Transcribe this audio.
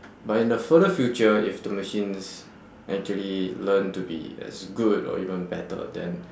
but in the further future if the machines actually learn to be as good or even better then